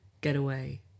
getaway